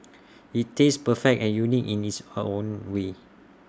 IT tastes perfect and unique in its own way